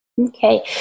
Okay